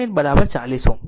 હવે RThevenin 40 Ω